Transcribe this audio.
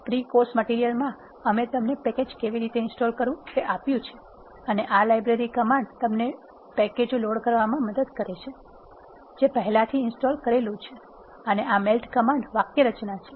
pre course મટિરીયલમાં અમે તમને પેકેજ કેવી રીતે ઇન્સ્ટોલ કરવું તે આપ્યું છે અને આ લાઇબ્રેરી કમાન્ડ તમને પેકેજો લોડ કરવામાં મદદ કરે છે જે પહેલાથી ઇન્સ્ટોલ કરેલું છે અને આ મેલ્ટ કમાન્ડ વાક્યરચના છે